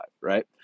right